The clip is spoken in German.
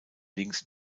links